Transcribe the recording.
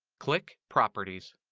click properties.